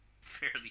fairly